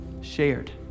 Shared